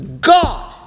God